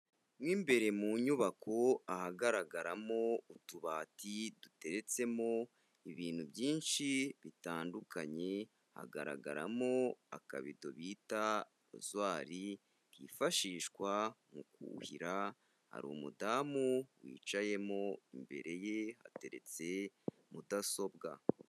Mo imbere mu nyubako ahagaragaramo utubati duteretsemo ibintu byinshi bitandukanye, hagaragaramo akabido bita rozwari, kifashishwa mu kuhira, hari umudamu wicayemo, imbere ye hateretse mudasobwa.